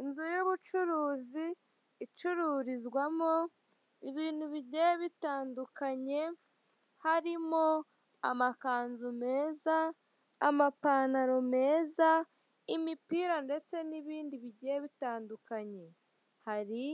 Inzu y'ubucuruzi icururizwamo ibintu bigiye bitandukanye, harimo amakanzu meza, amapantalo meza, imipira ndetse n'ibindi bigiye bitandukanye, hari